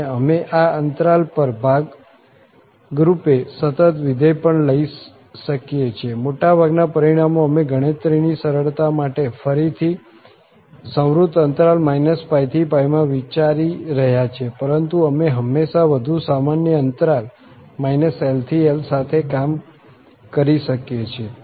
અને અમે આ અંતરાલ પર ભાગરૂપે સતત વિધેય પણ લઈ શકીએ છીએ મોટાભાગના પરિણામો અમે ગણતરીની સરળતા માટે ફરીથી ππ માં વિચારી રહ્યા છીએ પરંતુ અમે હંમેશા વધુ સામાન્ય અંતરાલ LL સાથે કામ કરી શકીએ છીએ